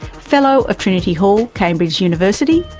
fellow of trinity hall, cambridge university,